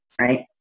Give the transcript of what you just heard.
right